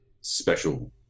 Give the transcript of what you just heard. special